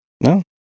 no